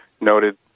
noted